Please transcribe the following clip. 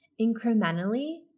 incrementally